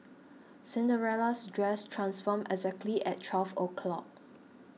Cinderella's dress transformed exactly at twelve o'clock